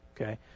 okay